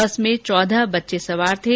बस में चौदह बच्चे सवार थे